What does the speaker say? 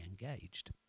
engaged